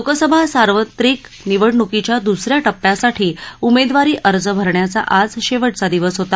लोकसभा सार्वत्रिक निवडणुकीच्या दुसऱ्या टप्प्यासाठी उमेदवारी अर्ज भरण्याचा आज शेवटचा दिवस होता